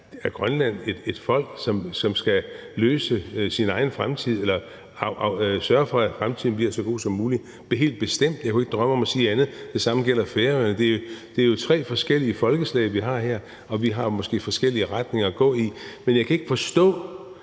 er Grønland et folk, som skal sørge for, at fremtiden bliver så god som muligt – helt bestemt. Jeg kunne ikke drømme om at sige andet. Det samme gælder Færøerne. Det er jo tre forskellige folkeslag, vi har her, og vi har måske forskellige retninger at gå i. Men jeg kan ikke forstå,